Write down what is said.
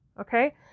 Okay